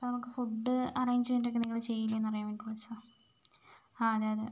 നമുക്ക് food arrangement ഒക്കെ നിങ്ങൾ ചെയ്യില്ലേ എന്ന് അറിയാൻ വേണ്ടി വിളിച്ചതാണ് ഹാ അതെ അതെ